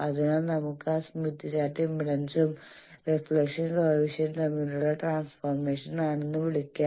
അതിനാൽ നമുക്ക് ആ സ്മിത്ത് ചാർട്ട് ഇംപെഡൻസും റിഫ്ലക്ഷൻ കോയെഫിഷ്യന്റ് തമ്മിലുള്ള ട്രാൻസ്ഫോർമേഷൻ ആണെന്ന് വിളിക്കാം